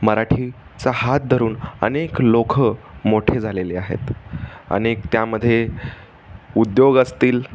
मराठीचा हात धरून अनेक लोक मोठे झालेले आहेत अनेक त्यामध्ये उद्योग असतील